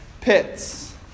pits